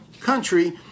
country